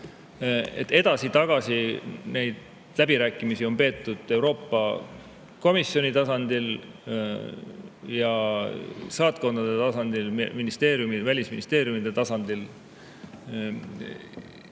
Edasi-tagasi on läbirääkimisi peetud Euroopa Komisjoni tasandil, saatkondade tasandil ja välisministeeriumide tasandil.